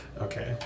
Okay